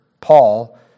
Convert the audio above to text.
Paul